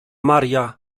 maria